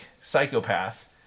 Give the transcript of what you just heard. psychopath